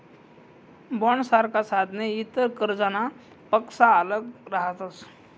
बॉण्डसारखा साधने इतर कर्जनापक्सा आल्लग रहातस